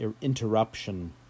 interruption